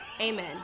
Amen